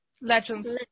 Legends